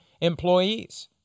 employees